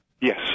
Yes